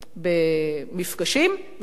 במפגשים, ולכן יכולתי לבוא,